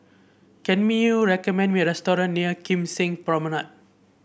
can you recommend me a restaurant near Kim Seng Promenade